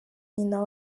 nyina